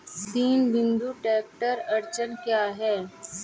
तीन बिंदु ट्रैक्टर अड़चन क्या है?